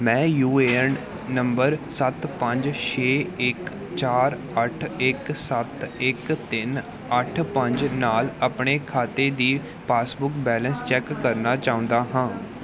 ਮੈਂ U A N number ਸੱਤ ਪੰਜ ਛੇ ਇੱਕ ਚਾਰ ਅੱਠ ਇੱਕ ਸੱਤ ਇੱਕ ਤਿੰਨ ਅੱਠ ਪੰਜ ਨਾਲ ਆਪਣੇ ਖਾਤੇ ਦੀ ਪਾਸਬੁੱਕ ਬੈਲੇਂਸ ਚੈੱਕ ਕਰਨਾ ਚਾਹੁੰਦਾ ਹਾਂ